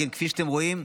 כפי שאתם רואים,